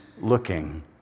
looking